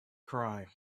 cry